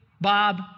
Bob